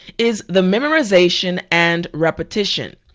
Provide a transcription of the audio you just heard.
is the memorization and repetition.